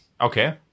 Okay